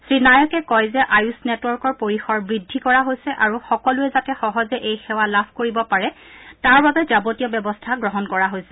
শ্ৰীনায়কে কয় যে আয়ূষ নেটৱৰ্কৰ পৰিসৰ বৃদ্ধি কৰা হৈছে আৰু সকলোৱে যাতে সহজে এই সেৱা লাভ কৰিব পাৰে তাৰ বাবে যাৱতীয় ব্যৱস্থা গ্ৰহণ কৰা হৈছে